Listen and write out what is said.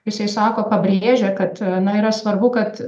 jisai sako pabrėžia kad na yra svarbu kad